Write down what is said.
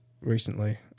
recently